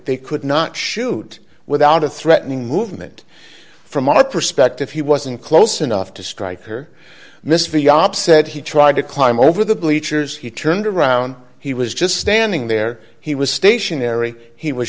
they could not shoot without a threatening movement from our perspective he wasn't close enough to strike here mr yob said he tried to climb over the bleachers he turned around he was just standing there he was stationary he was